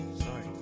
sorry